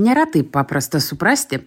nėra taip paprasta suprasti